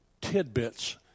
tidbits